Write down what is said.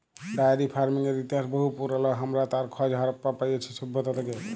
diary ফার্মিংয়ের ইতিহাস বহু পুরল, হামরা তার খজ হারাপ্পা পাইছি সভ্যতা থেক্যে